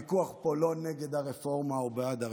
שהוויכוח פה הוא לא נגד הרפורמה או בעד הרפורמה,